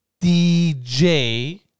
DJ